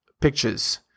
pictures